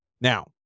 Now